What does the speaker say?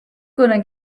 gonna